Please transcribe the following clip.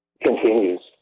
continues